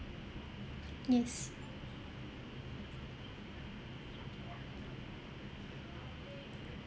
yes